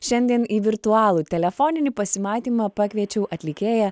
šiandien į virtualų telefoninį pasimatymą pakviečiau atlikėją